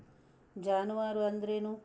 ಜಾನುವಾರು ಅಂದ್ರೇನು?